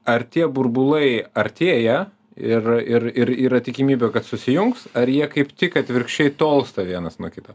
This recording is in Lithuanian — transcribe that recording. ar tie burbulai artėja ir ir ir yra tikimybė kad susijungs ar jie kaip tik atvirkščiai tolsta vienas nuo kito